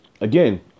again